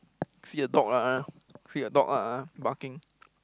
see the dog ah see the dog ah barking